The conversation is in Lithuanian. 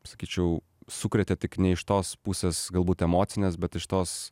sakyčiau sukrėtė tik ne iš tos pusės galbūt emocinės bet iš tos